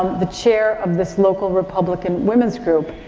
the chair of this local republican women's group.